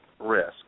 risk